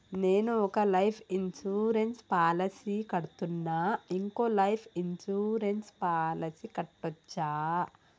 నేను ఒక life insurance policy కడ్తున్నా, ఇంకో లైఫ్ ఇన్సూరెన్స్ పాలసీ కట్టొచ్చా?